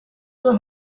the